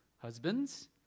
Husbands